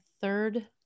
third